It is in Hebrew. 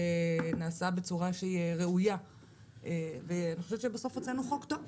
נעשה בצורה שהיא ראויה ואני חושבת שבסוף הוצאנו חוק טוב.